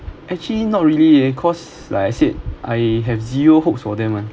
actually not really leh because like I said I have zero hopes for them ah